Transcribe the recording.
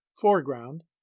foreground